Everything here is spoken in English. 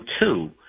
two